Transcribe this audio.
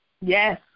yes